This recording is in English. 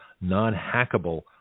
non-hackable